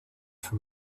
for